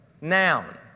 noun